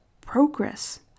progress